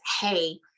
hey